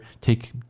take